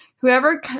Whoever